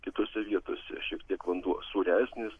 kitose vietose šiek tiek vanduo sūresnis